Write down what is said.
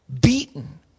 beaten